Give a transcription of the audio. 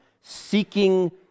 seeking